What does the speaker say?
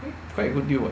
quite a good deal [what]